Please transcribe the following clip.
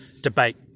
debate